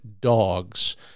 dogs